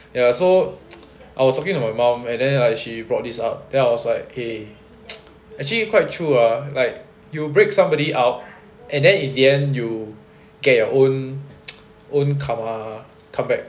ya so I was talking to my mum and then like she brought this up then I was like eh actually quite true ah like you break somebody out and then in the end you get your own own karma comeback